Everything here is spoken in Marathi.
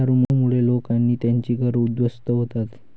दारूमुळे लोक आणि त्यांची घरं उद्ध्वस्त होतात